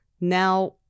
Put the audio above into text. Now